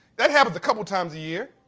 that happens a couple of times a year.